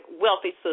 Wealthy